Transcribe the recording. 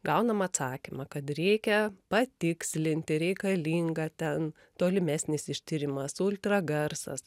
gaunam atsakymą kad reikia patikslinti reikalinga ten tolimesnis ištyrimas ultragarsas